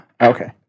Okay